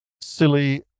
silly